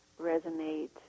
resonate